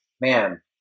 man